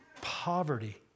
poverty